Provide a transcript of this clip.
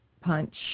punch